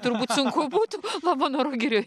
turbūt sunku būtų labanoro girioj